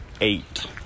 eight